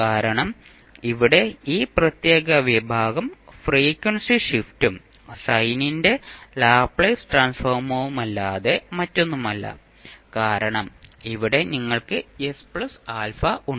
കാരണം ഇവിടെ ഈ പ്രത്യേക വിഭാഗം ഫ്രീക്വൻസി ഷിഫ്റ്റും സൈനിന്റെ ലാപ്ലേസ് ട്രാൻസ്ഫോർമല്ലാതെ മറ്റൊന്നുമല്ല കാരണം ഇവിടെ നിങ്ങൾക്ക് ഉണ്ട്